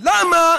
למה